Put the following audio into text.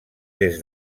des